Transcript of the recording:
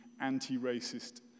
anti-racist